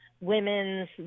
women's